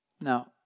Now